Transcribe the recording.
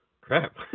Crap